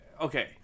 Okay